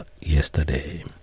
yesterday